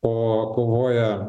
o kovoja